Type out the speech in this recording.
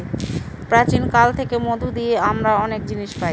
প্রাচীন কাল থেকে মধু দিয়ে অনেক জিনিস আমরা পায়